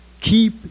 keep